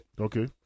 Okay